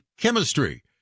chemistry